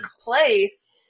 place